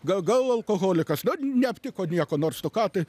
gal gal alkoholikas neaptiko nieko nors tu ką tai